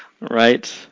right